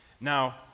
Now